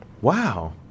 Wow